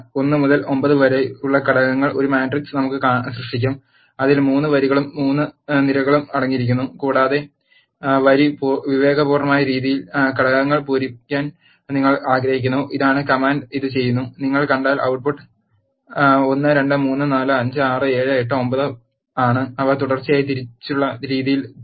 1 മുതൽ 9 വരെയുള്ള ഘടകങ്ങളുള്ള ഒരു മാട്രിക്സ് നമുക്ക് സൃഷ്ടിക്കാം അതിൽ 3 വരികളും 3 നിരകളും അടങ്ങിയിരിക്കുന്നു കൂടാതെ വരി വിവേകപൂർണ്ണമായ രീതിയിൽ ഘടകങ്ങൾ പൂരിപ്പിക്കാൻ നിങ്ങൾ ആഗ്രഹിക്കുന്നു ഇതാണ് കമാൻഡ് ഇത് ചെയ്യുന്നു നിങ്ങൾ കണ്ടാൽ output ട്ട് പുട്ട് 1 2 3 4 5 6 7 8 9 ആണ് അവ തുടർച്ചയായി തിരിച്ചുള്ള രീതിയിൽ നിറഞ്ഞിരിക്കുന്നു